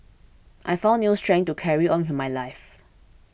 I found new strength to carry on who my life